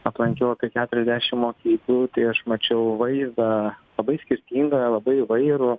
aplankiau apie keturiasdešim mokyklų tai aš mačiau vaizdą labai skirtingą labai įvairų